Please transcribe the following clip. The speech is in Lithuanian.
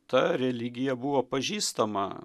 ta religija buvo pažįstama